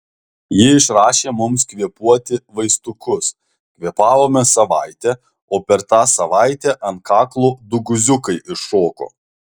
ji išrašė mums kvėpuoti vaistukus kvėpavome savaitę o per tą savaitę ant kaklo du guziukai iššoko